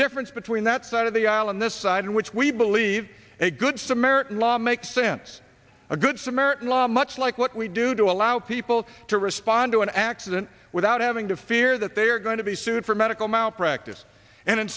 difference between that side of the aisle and this side in which we believe a good samaritan law makes sense a good samaritan law much like what we do to allow people to respond to an accident without having to fear that they are going to be sued for medical malpractise and in